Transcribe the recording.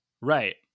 Right